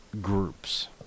groups